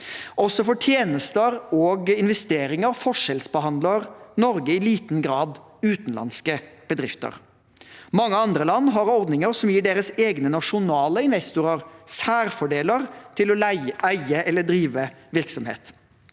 Også for tjenester og investeringer forskjellsbehandler Norge i liten grad utenlandske bedrifter. Mange andre land har ordninger som gir deres egne nasjonale investorer særfordeler til å eie eller drive virksomhet.